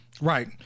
Right